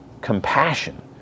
compassion